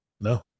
no